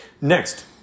Next